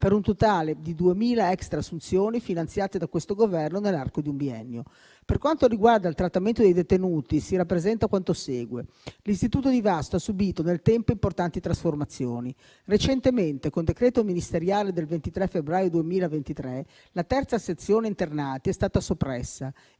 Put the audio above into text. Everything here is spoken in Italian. per un totale di 2.000 extra-assunzioni finanziate da questo Governo nell'arco di un biennio. Per quanto riguarda il trattamento dei detenuti, si rappresenta quanto segue. L'istituto di Vasto ha subito nel tempo importanti trasformazioni. Recentemente, con decreto ministeriale del 23 febbraio 2023, la terza sezione internati è stata soppressa